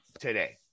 today